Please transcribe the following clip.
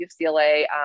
UCLA